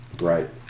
Right